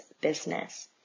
business